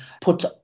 put